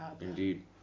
Indeed